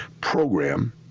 program